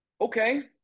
okay